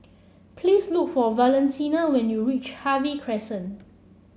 please look for Valentina when you reach Harvey Crescent